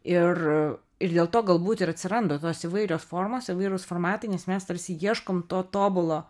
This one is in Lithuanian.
ir ir dėl to galbūt ir atsiranda tos įvairios formos įvairūs formatai nes mes tarsi ieškom to tobulo